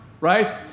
Right